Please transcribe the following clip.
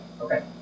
Okay